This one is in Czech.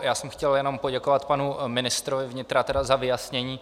Já jsem chtěl jenom poděkovat panu ministrovi vnitra za vyjasnění.